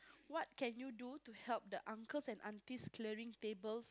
what can you do to help the uncles and aunties clearing tables